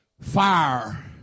fire